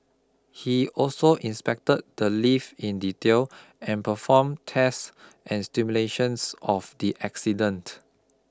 he also inspected the lift in detail and performed tests and simulations of the accident